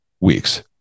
week's